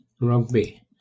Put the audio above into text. Rugby